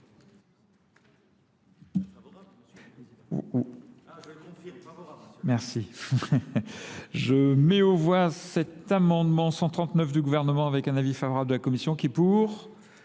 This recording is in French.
Merci. Je mets au voie cet amendement 139 du gouvernement avec un avis favorable de la Commission qui, pour,